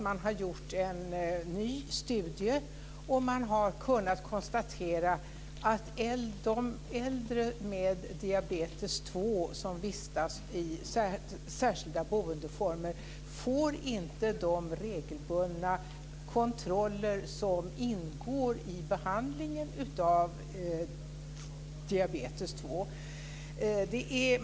Man har gjort en ny studie, och man har kunnat konstatera att äldre med diabetes 2 som vistas i särskilda boendeformer inte får de regelbundna kontroller som ingår i behandlingen av diabetes 2.